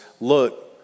Look